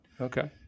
Okay